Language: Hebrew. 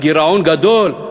הגירעון גדול,